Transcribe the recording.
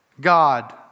God